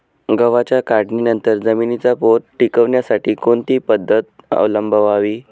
गव्हाच्या काढणीनंतर जमिनीचा पोत टिकवण्यासाठी कोणती पद्धत अवलंबवावी?